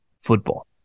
football